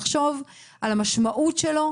לחשוב על המשמעות שלו,